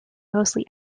mostly